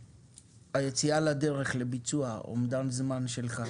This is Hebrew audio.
היציאה לדרך לביצוע, אומדן זמן שלך.